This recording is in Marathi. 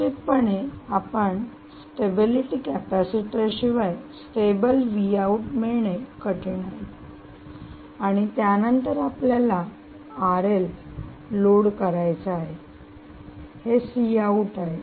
निश्चितपणे आपण स्टॅबिलिटी कॅपॅसिटर शिवाय स्टेबल मिळणे कठीण आहे आणि त्यानंतर आपल्याला लोड करायचा आहे हे आहे